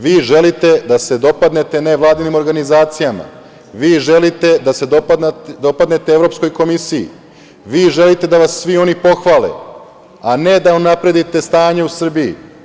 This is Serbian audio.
Vi želite da se dopadnete nevladinim organizacijama, vi želite da se dopadnete Evropskoj komisiji, vi želite da vas svi oni pohvale, a ne da unapredite stanje u Srbiji.